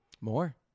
More